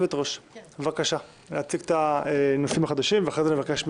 הנושא הבא: פניית יושבת-ראש ועדת הפנים והגנת הסביבה,